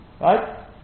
Right